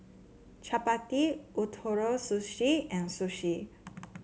Chapati Ootoro Sushi and Sushi